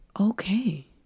Okay